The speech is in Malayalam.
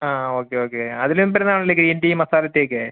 ആ ഓക്കെ ഓക്കെ അതിലും വരുന്നതാണല്ലോ ഈ ഗ്രീൻ ടീ മസാല ടീ ഒക്കെ